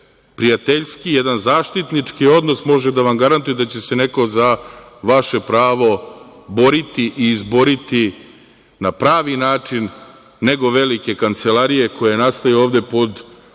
prijateljski, jedan zaštitnički odnos može da vam garantuje da će se neko za vaše pravo boriti i izboriti na pravi način, nego velike kancelarije koje nastaju ovde pod